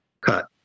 cut